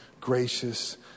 gracious